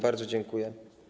Bardzo dziękuję.